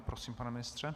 Prosím, pane ministře.